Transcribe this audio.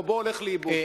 ורובו הולך לאיבוד.